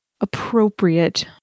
appropriate